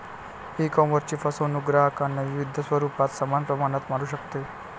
ईकॉमर्सची फसवणूक ग्राहकांना विविध स्वरूपात समान प्रमाणात मारू शकते